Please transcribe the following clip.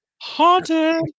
haunted